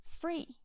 free